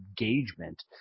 engagement